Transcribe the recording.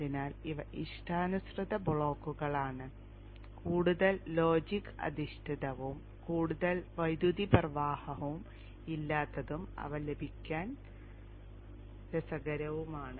അതിനാൽ ഇവ ഇഷ്ടാനുസൃത ബ്ലോക്കുകളാണ് കൂടുതൽ ലോജിക് അധിഷ്ഠിതവും കൂടുതൽ വൈദ്യുതി പ്രവാഹവും ഇല്ലാത്തതും അവ ലഭിക്കാൻ രസകരവുമാണ്